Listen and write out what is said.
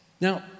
Now